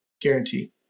guarantee